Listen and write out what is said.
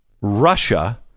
Russia